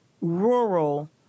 rural